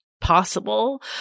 possible